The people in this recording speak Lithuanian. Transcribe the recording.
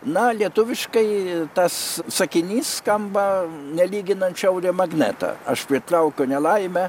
na lietuviškai tas sakinys skamba nelyginant šiaurė magnetą aš pritraukiu nelaimę